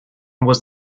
was